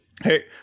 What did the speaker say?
Hey